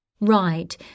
Right